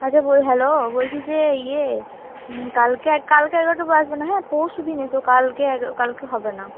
আচ্ছা বল হ্যালো বলছি যে ইয়ে কালকে কালকে এগোরোটোর পর আসবে না হ্যাঁ পরশু দিন এসো কালকে কালকে হবে না